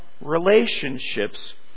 relationships